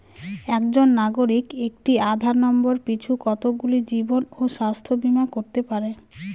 একজন নাগরিক একটি আধার নম্বর পিছু কতগুলি জীবন ও স্বাস্থ্য বীমা করতে পারে?